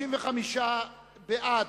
61 בעד,